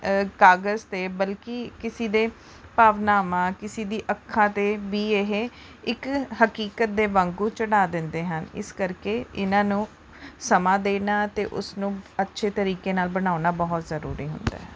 ਕਾਗਜ਼ 'ਤੇ ਬਲਕਿ ਕਿਸੇ ਦੇ ਭਾਵਨਾਵਾਂ ਕਿਸੇ ਦੀ ਅੱਖਾਂ 'ਤੇ ਵੀ ਇਹ ਇੱਕ ਹਕੀਕਤ ਦੇ ਵਾਂਗੂ ਚੜਾ ਦਿੰਦੇ ਹਨ ਇਸ ਕਰਕੇ ਇਹਨਾਂ ਨੂੰ ਸਮਾਂ ਦੇਣਾ ਅਤੇ ਉਸ ਨੂੰ ਅੱਛੇ ਤਰੀਕੇ ਨਾਲ ਬਣਾਉਣਾ ਬਹੁਤ ਜ਼ਰੂਰੀ ਹੁੰਦਾ ਹੈ